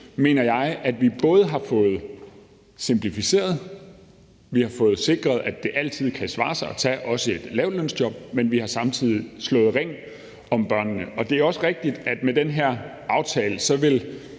mener jeg, at vi både har fået simplificeret det, vi har fået sikret, at det også altid kan svare sig at tage et lavtlønsjob, men vi har samtidig slået ring om børnene. Det er også rigtigt, at vi med den her aftale på sigt